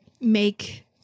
make